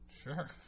Sure